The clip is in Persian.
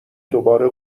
دوباره